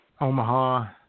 Omaha